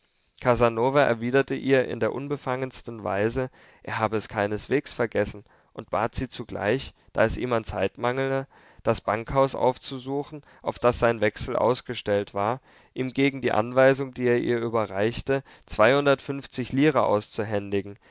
casanova erwiderte ihr in der unbefangensten weise er habe es keineswegs vergessen und bat sie zugleich da es ihm an zeit mangle das bankhaus aufzusuchen auf das sein wechsel ausgestellt war ihm gegen die anweisung die er ihr überreichte zweihundertfünfzig lire